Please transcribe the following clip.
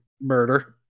murder